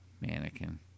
mannequin